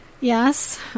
Yes